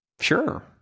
Sure